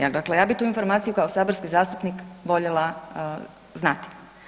Dakle, ja bi tu informaciju kao saborski zastupnik voljela znati.